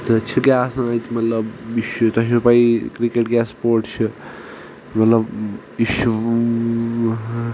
تہ چھ کیاہ آسان اَتہ مطلب یہ چھ تۄہہ چھو پَیی کرکٹ کیاہ سپوٹ چھُ مطلب یہِ چھُ